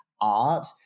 art